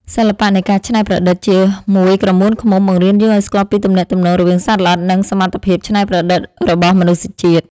សិល្បៈនៃការច្នៃប្រឌិតជាមួយក្រមួនឃ្មុំ បង្រៀនយើងឱ្យស្គាល់ពីទំនាក់ទំនងរវាងសត្វល្អិត និង សមត្ថភាពច្នៃប្រឌិតរបស់មនុស្សជាតិ។